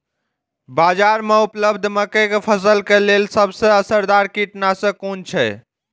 बाज़ार में उपलब्ध मके के फसल के लेल सबसे असरदार कीटनाशक कुन छै?